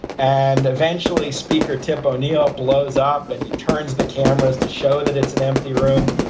and eventually speaker tip o'neill blows up and he turns the cameras to show that it's an empty room.